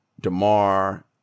DeMar